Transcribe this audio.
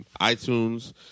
iTunes